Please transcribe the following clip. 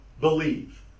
believe